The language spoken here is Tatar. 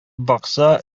бакса